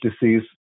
disease